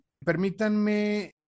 permítanme